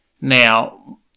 Now